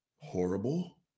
horrible